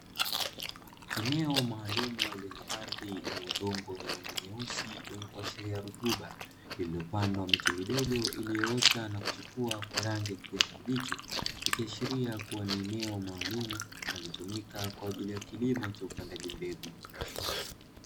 Eneo maalumu lenye ardhi yenye udongo wenye rangi nyeusi wenye kuashiria rutuba lililopandwa miche midogo iliyoota na kuchipua kwa rangi ya kijani kibichi, ikiashiria kuwa ni eneo maalumu linalotumika kwa ajili ya kilimo cha upandaji mbegu.